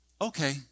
okay